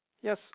Yes